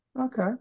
okay